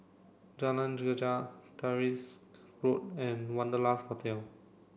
Jalan Greja Tyrwhitt Road and Wanderlust Hotel